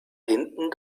hinten